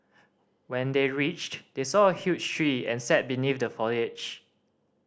when they reached they saw a huge tree and sat beneath the foliage